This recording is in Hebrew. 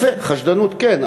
יפה, חשדנות כן.